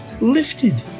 lifted